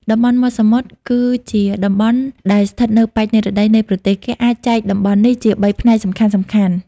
តំបន់មាត់សមុទ្រគឺជាតំបន់ដែលស្ថិតនៅប៉ែកនិរតីនៃប្រទេស គេអាចចែកតំបន់នេះជា ៣ ផ្នែកសំខាន់ៗ។